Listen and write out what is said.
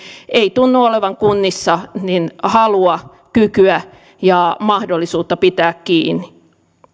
ei tunnu olevan kunnissa halua kykyä ja mahdollisuutta pitää kiinni